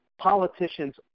Politicians